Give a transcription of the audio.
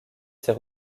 ses